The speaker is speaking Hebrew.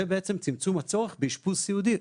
ובעצם צמצום הצורך באשפוז סיעודי.